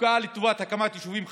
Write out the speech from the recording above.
הופקעה לטובת הקמת יישובים חדשים,